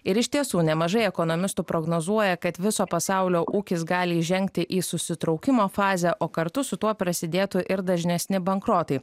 ir iš tiesų nemažai ekonomistų prognozuoja kad viso pasaulio ūkis gali įžengti į susitraukimo fazę o kartu su tuo prasidėtų ir dažnesni bankrotai